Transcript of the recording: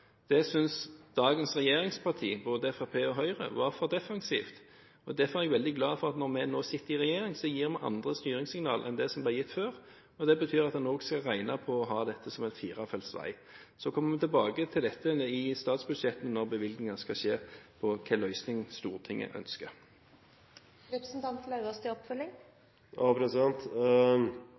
Det synes dagens regjeringspartier, både Fremskrittspartiet og Høyre, var for defensivt. Derfor er jeg veldig glad for at vi, når vi nå sitter i regjering, gir andre styringssignaler enn det som ble gitt før, og det betyr at en også skal regne på å ha dette som en firefelts vei. Så kommer vi tilbake til dette i statsbudsjettet når bevilgningene skal skje, og ser hvilken løsning Stortinget ønsker.